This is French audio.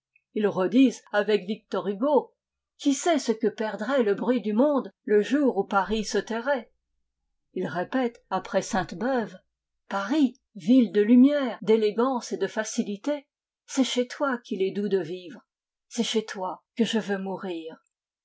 ils redisent avec victor hugo qui sait ce que perdrait le bruit du monde le jour où paris se tairait us répètent après sainte-beuve paris ville de lumière d'élégance et de facilité c'est chez toi qu'il est doux de vivre c'est chez toi que je veux mourir